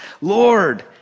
Lord